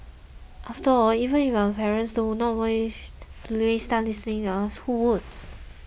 after all if even our parents do not want to waste time listening to us who would